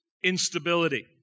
instability